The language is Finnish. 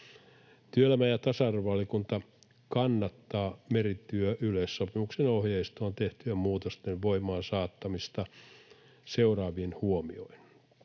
Työelämä- ja tasa-arvovaliokunta kannattaa merityöyleissopimuksen ohjeistoon tehtyjen muutosten voimaansaattamista seuraavin huomioin: